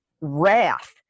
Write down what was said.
wrath